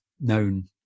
known